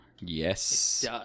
Yes